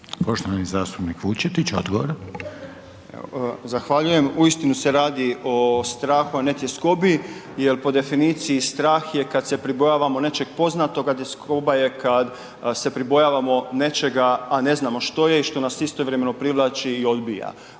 Poštovani zastupnik Vučetić, odgovor. **Vučetić, Marko (Nezavisni)** Zahvaljujem, uistinu se radi o strahu, a ne tjeskobi jel po definiciji strah je kad se pribojavamo nečeg poznatog, a tjeskoba je kad se pribojavamo nečega, a ne znamo što je i što nas istovremeno privlači i odbija.